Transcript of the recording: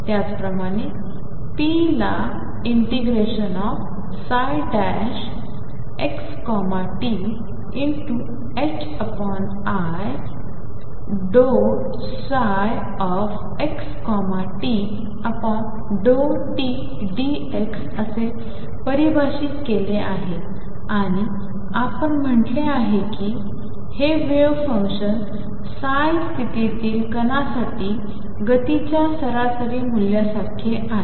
त्याचप्रमाणे ⟨p⟩ ला ∫xti∂ψxt∂t dx असे परिभाषित केले आहे आणि आपण म्हटले आहे की हे वेव्ह फंक्शन स्थितीतील कणासाठी गतीच्या सरासरी मूल्यासारखे आहे